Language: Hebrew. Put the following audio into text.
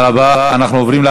בעד, 18, אין נמנעים, אין מתנגדים.